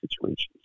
situations